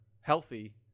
healthy